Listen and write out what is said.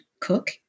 cook